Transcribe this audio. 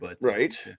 Right